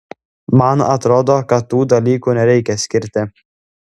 man atrodo kad tų dalykų nereikia skirti